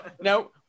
no